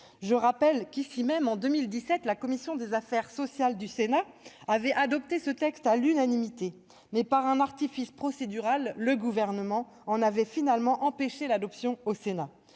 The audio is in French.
Je rappelle que, en 2017, la commission des affaires sociales du Sénat a adopté ce texte à l'unanimité, mais, par un artifice procédural, le Gouvernement en a finalement empêché l'adoption.